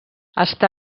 està